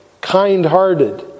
kind-hearted